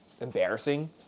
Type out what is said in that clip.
Embarrassing